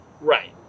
Right